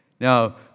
Now